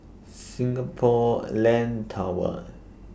Singapore Land Tower